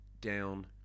down